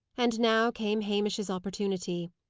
and now came hamish's opportunity.